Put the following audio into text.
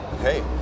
Hey